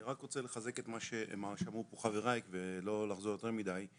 אני רק רוצה לחזק את מה שאמרו פה חבריי ולא לחזור יותר מידי.